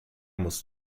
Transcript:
muss